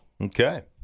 Okay